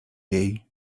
jej